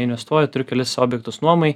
investuoju turiu kelis objektus nuomai